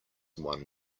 one